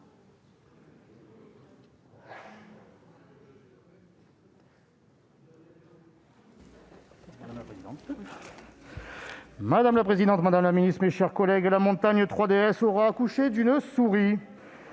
Madame la présidente, madame la ministre, mes chers collègues, dire que la montagne a accouché d'une souris